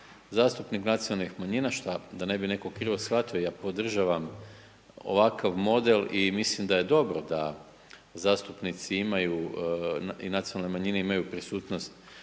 zastupnik nacionalnih manjina šta, da ne bi netko krivo shvatio ja podržavam ovakav model i mislim da je dobro da zastupnici imaju, i nacionalne manjine imaju prisutnost